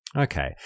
Okay